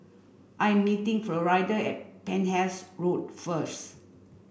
I am meeting Florida at Penhas Road first